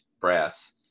brass